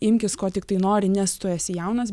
imkis ko tiktai nori nes tu esi jaunas